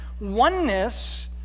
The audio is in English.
oneness